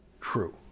true